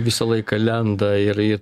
visą laiką lenda ir ir